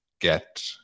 get